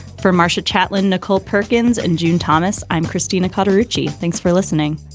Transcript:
for marcia chatillon, nicole perkins and june thomas. i'm christina carter ritchie. thanks for listening